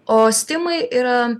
o stimai yra